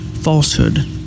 falsehood